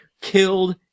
killed